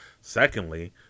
Secondly